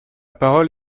parole